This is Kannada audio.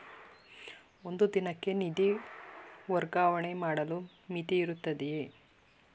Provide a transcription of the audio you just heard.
ಒಂದು ದಿನಕ್ಕೆ ನಿಧಿ ವರ್ಗಾವಣೆ ಮಾಡಲು ಮಿತಿಯಿರುತ್ತದೆಯೇ?